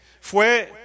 fue